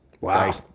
Wow